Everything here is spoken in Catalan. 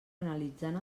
analitzant